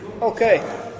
Okay